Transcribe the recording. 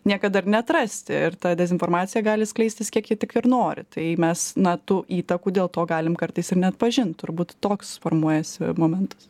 niekada ir neatrasti ir ta dezinformacija gali skleistis kiek ji tik ir nori tai mes na tų įtakų dėl to galim kartais ir neatpažint turbūt toks formuojasi momentas